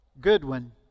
goodwin